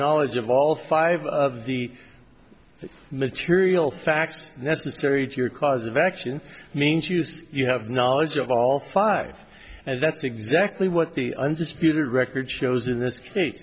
knowledge of all five of the material facts necessary to your cause of action means you say you have knowledge of all five and that's exactly what the undisputed record shows in this case